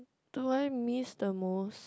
do I miss the most